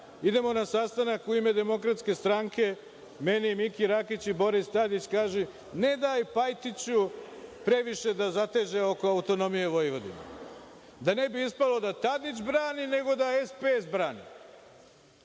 idemo na sastanak u ime DS, meni i Miki Rakić i Boris Tadić, kaže – ne daj Pajtiću previše da zateže oko autonomije Vojvodine. Da ne bi ispalo da Tadić brani, nego da SPS brani.